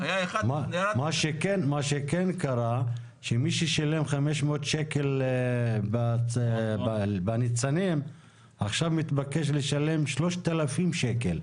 מה שכן קרה שמי ששילם 500 שקל בניצנים עכשיו מתבקש לשלם 3,000 שקל,